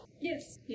yes